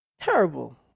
Terrible